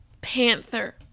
panther